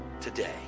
today